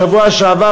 בשבוע שעבר,